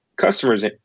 Customers